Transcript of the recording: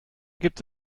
gibt